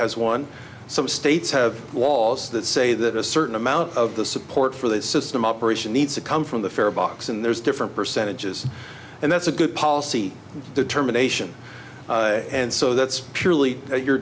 has won some states have laws that say that a certain amount of the support for this system operation needs to come from the farebox and there's different percentages and that's a good policy determination and so that's purely your